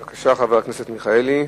בבקשה, חבר הכנסת מיכאלי.